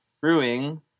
Brewing